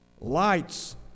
lights